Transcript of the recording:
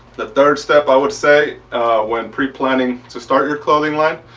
the third step i would say when pre-planning to start your clothing line.